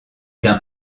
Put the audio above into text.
d’un